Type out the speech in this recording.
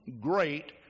great